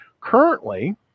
Currently